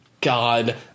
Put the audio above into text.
God